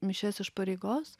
mišias iš pareigos